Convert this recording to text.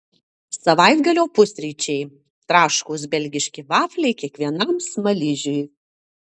savaitgalio pusryčiai traškūs belgiški vafliai kiekvienam smaližiui